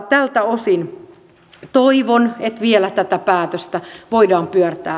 tältä osin toivon että vielä tätä päätöstä voidaan pyörtää